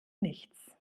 nichts